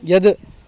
यद्